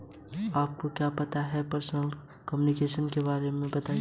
Debit card के साथ किस प्रकार की लागतें जुड़ी हुई हैं?